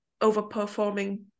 overperforming